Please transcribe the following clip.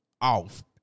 off